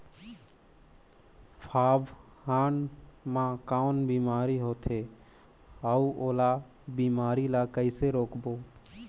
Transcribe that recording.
फाफण मा कौन बीमारी होथे अउ ओला बीमारी ला कइसे रोकबो?